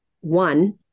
one